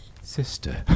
Sister